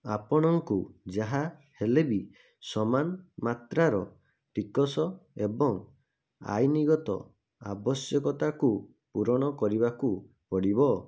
ଆପଣଙ୍କୁ ଯାହା ହେଲେ ବି ସମାନ ମାତ୍ରାର ଟିକସ ଏବଂ ଆଇନଗତ ଆବଶ୍ୟକତାକୁ ପୂରଣ କରିବାକୁ ପଡ଼ିବ